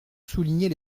souligner